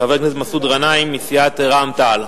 חבר הכנסת מסעוד גנאים מסיעת רע"ם-תע"ל,